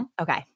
Okay